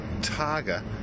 Targa